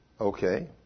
Okay